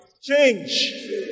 Change